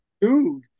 dude